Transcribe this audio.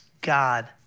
God